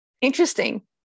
interesting